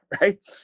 Right